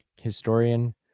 Historian